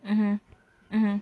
mmhmm mmhmm